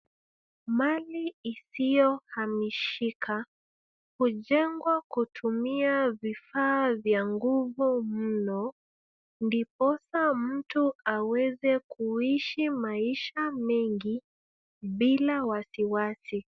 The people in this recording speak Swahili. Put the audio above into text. Mali isiyohamishika hujengwa kutumia vifaa vya nguvu mno, ndiposa mtu aweza kuishi maisha mengi, bila wasiwasi.